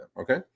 Okay